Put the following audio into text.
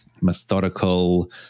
methodical